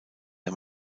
der